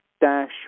dash